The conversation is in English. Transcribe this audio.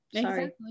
Sorry